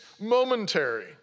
momentary